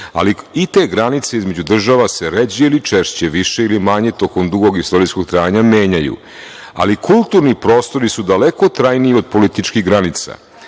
Ali, i te granice između država se ređe ili češće, više ili manje, tokom dugog istorijskog trajanja menjaju, ali kulturni prostori su daleko trajniji od političkih granica. Prema